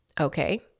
Okay